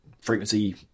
frequency